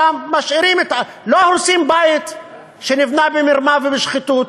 משאירים, לא הורסים בית שנבנה במרמה ובשחיתות,